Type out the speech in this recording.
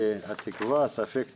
וספק תקווה,